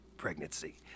pregnancy